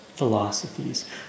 philosophies